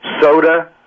soda